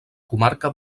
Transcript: comarca